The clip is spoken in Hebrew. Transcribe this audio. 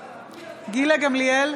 גמליאל,